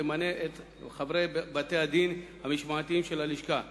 תמנה את חברי בתי-הדין המשמעתיים של הלשכה,